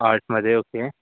आर्टमध्ये ओके